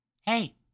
Hey